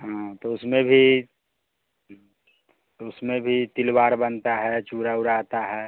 तो उसमें भी तो उसमें भी तिलवाड़ बनता है चूड़ा ऊड़ा आता है